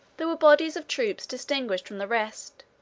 there were bodies of troops distinguished from the rest,